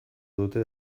dute